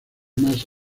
más